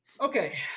okay